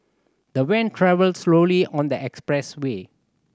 the van travelled slowly on the expressway